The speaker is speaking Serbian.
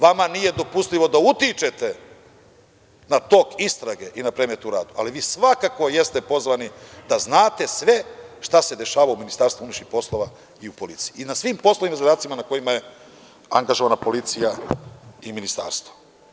Vama nije dopustivo da utičete na tok istrage i na predmete u radu, ali vi svakako jeste pozvani da znate sve šta se dešava u Ministarstvu i u policiji i na svim poslovima i zadacima na kojima je angažovana policija i Ministarstvo.